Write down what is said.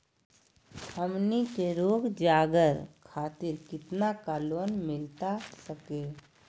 हमनी के रोगजागर खातिर कितना का लोन मिलता सके?